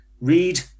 read